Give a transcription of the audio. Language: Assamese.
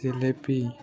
জিলেপী